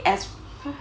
as f~